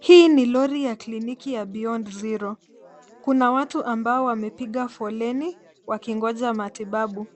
Hi ni lori ya kliniki ya beyond zero kuna watu ambao wamepiga foleni wakingoja matibabu.